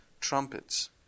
trumpets